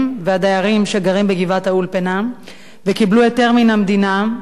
והדיירים שגרים בגבעת-האולפנה וקיבלו היתר מן המדינה,